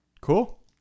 Cool